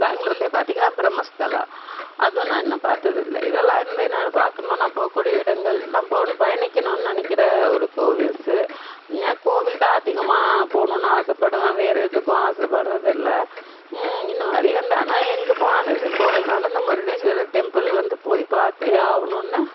பேங்களூர்லயே பார்த்தீங்கன்னா பிரம்மஸ்தலா அதுவும் நான் இன்னும் பார்த்ததில்ல இதெல்லாம் இருந்து என்னால் பார்க்கணும் நான் போகக்கூடிய இடங்கள் நான் போகணும் பயணிக்கணுன்னு நினக்கிற ஒரு கோவில்ஸு கோவில் தான் அதிகமா போகனுன்னு ஆசைப்படுவேன் வேற எதுக்கும் ஆசைப்படுறதில்ல இந்தமாதிரி வந்து ஆனால் எங்க போனாலும் ச போலேன்னாலும் இந்த முருடேஸ்வரர் டெம்பிள் வந்து போய் பார்த்தே ஆகனுன்னு